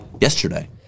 yesterday